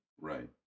Right